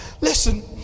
Listen